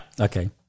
Okay